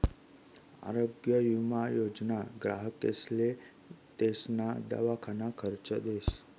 आरोग्य विमा योजना ग्राहकेसले तेसना दवाखाना खर्च देस